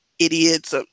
idiots